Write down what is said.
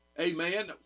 Amen